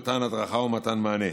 במתן הדרכה ובמתן מענה.